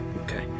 Okay